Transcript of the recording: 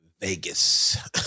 Vegas